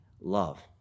love